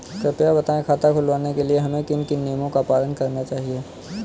कृपया बताएँ खाता खुलवाने के लिए हमें किन किन नियमों का पालन करना चाहिए?